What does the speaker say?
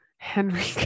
Henry